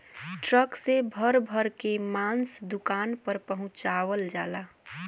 truck से भर भर के मांस दुकान पर पहुंचवाल जाला